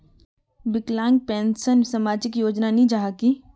विकलांग पेंशन सामाजिक योजना नी जाहा की?